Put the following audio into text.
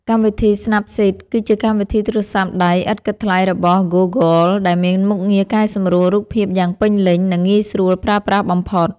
កម្មវិធី ស្ណាប់ស៊ីត គឺជាកម្មវិធីទូរស័ព្ទដៃឥតគិតថ្លៃរបស់ ហ្គូហ្គល ដែលមានមុខងារកែសម្រួលរូបភាពយ៉ាងពេញលេញ និងងាយស្រួលប្រើប្រាស់បំផុត។